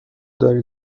داری